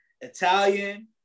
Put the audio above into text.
Italian